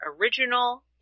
original